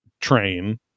train